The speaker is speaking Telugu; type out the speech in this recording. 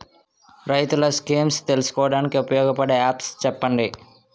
రైతులు స్కీమ్స్ తెలుసుకోవడానికి ఉపయోగపడే యాప్స్ చెప్పండి?